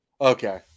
okay